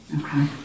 Okay